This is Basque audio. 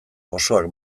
osoak